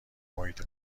محیط